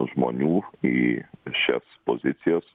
žmonių į šias pozicijas